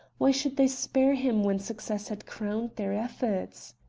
why should they spare him when success had crowned their efforts?